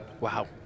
Wow